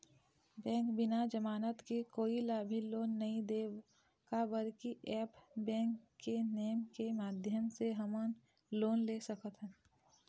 Bank बिना जमानत के कोई ला भी लोन नहीं देवे का बर की ऐप बैंक के नेम के माध्यम से हमन लोन ले सकथन?